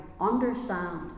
understand